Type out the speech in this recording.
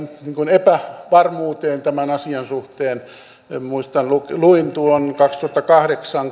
epävarmuuteen tämän asian suhteen luin tuon kaksituhattakahdeksan